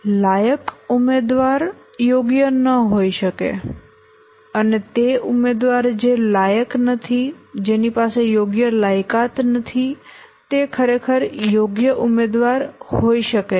લાયક ઉમેદવાર યોગ્ય ન હોઈ શકે અને તે ઉમેદવાર જે લાયક નથી યોગ્ય લાયકાત નથી તે ખરેખર યોગ્ય ઉમેદવાર હોઈ શકે છે